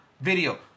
video